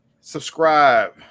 Subscribe